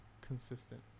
consistent